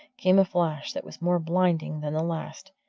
came a flash that was more blinding than the last,